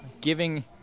giving